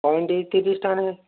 ପଏଣ୍ଟ୍କୁ ତିରିିଶ ଟଙ୍କା ଲାଖେ